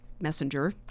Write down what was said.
Messenger